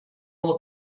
will